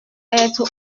être